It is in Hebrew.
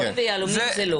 שעונים ויהלומים זה לא.